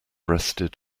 rested